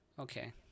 Okay